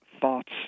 thoughts